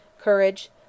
courage